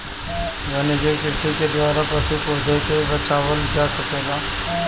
वन्यजीव कृषि के द्वारा पशु, पौधा के बचावल जा सकेला